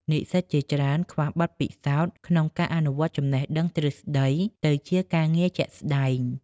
និស្សិតជាច្រើនខ្វះបទពិសោធន៍ក្នុងការអនុវត្តចំណេះដឹងទ្រឹស្តីទៅជាការងារជាក់ស្តែង។